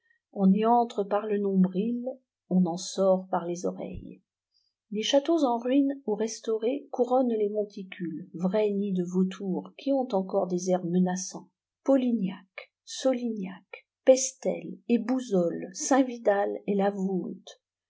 on y entre par le nombril on en sort par les oreilles des châteaux en ruines ou restaurés couronnent les monticules vrais nids de vautours qui ont encore des airs menaçants polignac et solignac pestel et bouzols saint vidal et la voulte